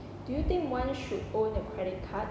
do you think one should own a credit card